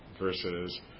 versus